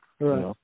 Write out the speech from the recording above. Right